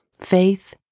faith